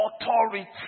authority